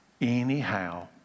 anyhow